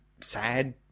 sad